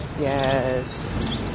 Yes